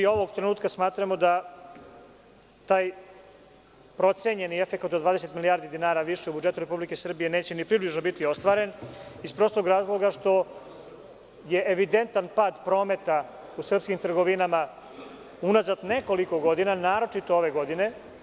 Ovog trenutka smatramo da taj procenjeni efekat od 20 milijardi dinara više u budžetu Republike Srbije, neće ni približno biti ostvaren, iz prostog razloga što je evidentan pad prometa u srpskim trgovinama unazad nekoliko godina, naročito ove godine.